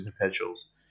perpetuals